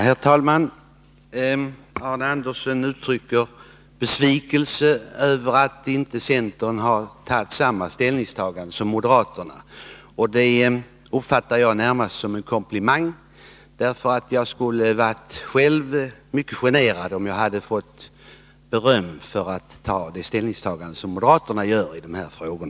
Herr talman! Arne Andersson i Ljung uttryckte besvikelse över att centern inte har intagit samma ståndpunkt som moderaterna. Detta uppfattar jag närmast som en komplimang. Själv skulle jag ha blivit mycket generad, om jag hade fått beröm för att jag tagit ställning på samma sätt som moderaterna gjort i dessa frågor.